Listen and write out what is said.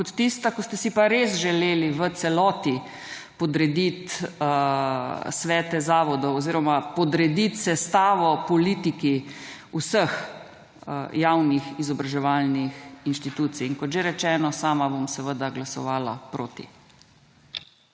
kot tista, ko ste si pa res želeli v celoti podrediti svete zavodov oziroma podrediti sestavo politiki vseh javnih izobraževalnih inštitucij. In kot že rečeno, sama bom seveda glasovala proti.